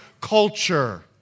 culture